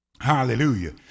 Hallelujah